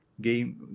game